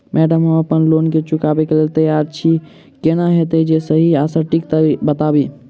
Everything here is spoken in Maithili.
मैडम हम अप्पन लोन केँ चुकाबऽ लैल तैयार छी केना हएत जे सही आ सटिक बताइब?